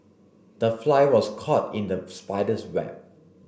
the fly was caught in the spider's web